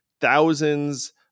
thousands